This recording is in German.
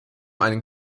einen